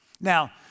Now